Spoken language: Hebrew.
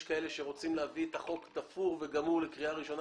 יש כאלה שרוצים להביא את החוק תפור וגמור לקריאה ראשונה